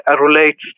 relates